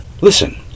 Listen